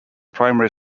primary